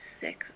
six